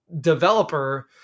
developer